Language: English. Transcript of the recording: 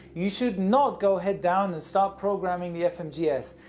you should not go head down and start programming the fmgs.